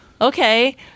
okay